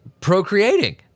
procreating